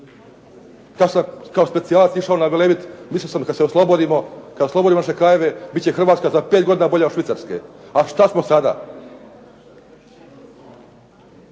Kada sam kao specijalac išao na Velebit, mislio sam kada se oslobodimo, kada oslobodimo naše krajeve bit će Hrvatska za pet godina bolja od Švicarske. A što smo sada?